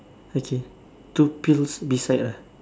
okay two pills beside ah